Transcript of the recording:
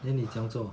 then 你怎样做